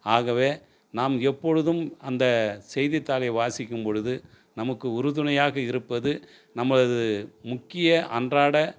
ஆகவே நாம் எப்பொழுதும் அந்த செய்தித்தாளை வாசிக்கும்பொழுது நமக்கு உறுதுணையாக இருப்பது நமது முக்கிய அன்றாட